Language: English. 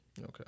Okay